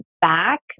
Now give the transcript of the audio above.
back